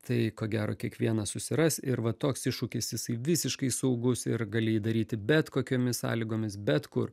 tai ko gero kiekvienas susiras ir va toks iššūkis jisai visiškai saugus ir gali jį daryti bet kokiomis sąlygomis bet kur